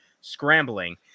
scrambling